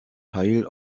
teil